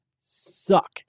suck